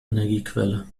energiequelle